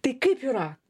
tai kaip yra